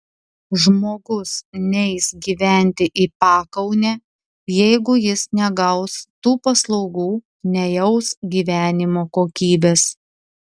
žmogus neis gyventi į pakaunę jeigu jis negaus tų paslaugų nejaus gyvenimo kokybės